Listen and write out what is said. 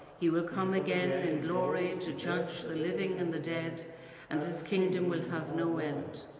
he will come again and and glory and to judge the living and the dead and his kingdom will have no end.